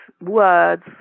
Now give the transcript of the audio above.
words